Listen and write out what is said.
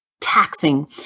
taxing